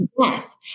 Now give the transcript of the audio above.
Yes